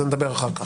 על זה נדבר אחר כך.